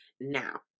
Now